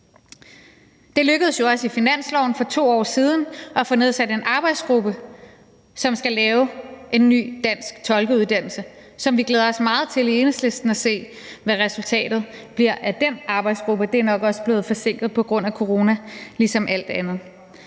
Det lykkedes jo også i finansloven for 2 år siden at få nedsat en arbejdsgruppe, som skal lave en ny dansk tolkeuddannelse, og vi glæder os meget i Enhedslisten til at se, hvad resultatet bliver af den arbejdsgruppe. Det er nok også blevet forsinket på grund af corona ligesom alt andet.